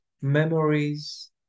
memories